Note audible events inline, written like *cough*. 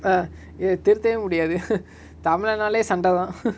ah eh திருத்தவே முடியாது:thiruthave mudiyathu *laughs* நாளே சண்டதா:naale sandatha *laughs*